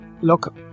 look